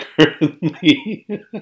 Currently